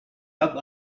rub